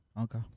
Okay